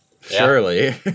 Surely